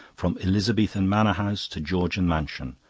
from elizabethan manor-house to georgian mansion,